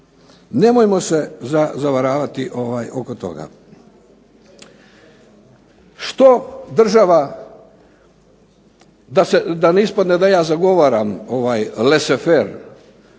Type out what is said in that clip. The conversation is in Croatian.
nemojmo se zavaravati oko toga. Što država, da ne ispadne da ja zagovaram laisse fair